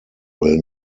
will